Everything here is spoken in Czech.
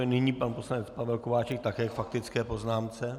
Nyní pan poslanec Pavel Kováčik také ve faktické poznámce.